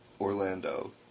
Orlando